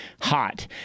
hot